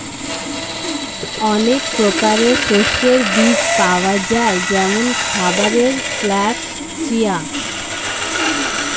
অনেক প্রকারের শস্যের বীজ পাওয়া যায় যেমন খাবারের ফ্লাক্স, চিয়া